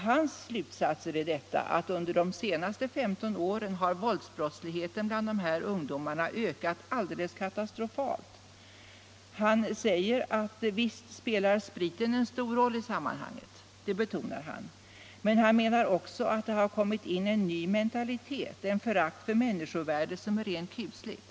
Hans slutsatser är att under de senaste 15 åren har våldsbrottsligheten bland de här ungdomarna ökat alldeles katastrofalt. Han betonar att visst spelar spriten 50 en stor roll i sammanhanget, men han menar också att det har kommit in en ny mentalitet, ett förakt för människovärdet som är rent kusligt.